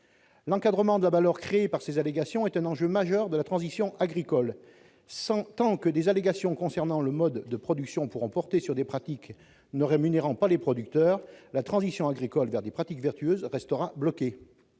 L'encadrement de la valeur créée par ces allégations est un enjeu majeur de la transition agricole : tant que des allégations concernant le mode de production pourront porter sur des pratiques ne rémunérant pas les producteurs, la transition agricole vers des pratiques vertueuses restera bloquée.